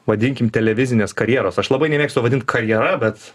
vadinkim televizinės karjeros aš labai nemėgstu vadint karjera bet